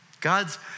God's